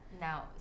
now